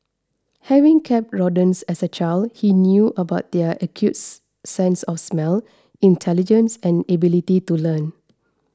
having kept rodents as a child he knew about their acute sense of smell intelligence and ability to learn